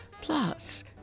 Plus